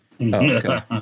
okay